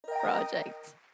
Project